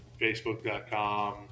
Facebook.com